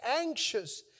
anxious